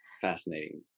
fascinating